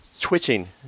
twitching